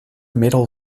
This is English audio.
middle